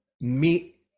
meet